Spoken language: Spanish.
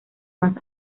más